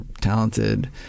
talented